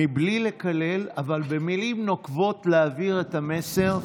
בלי לקלל, אבל במילים נוקבות להעביר את המסר.